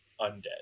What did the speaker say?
undead